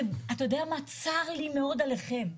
צר לי מאוד עליכם.